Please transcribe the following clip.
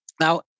Now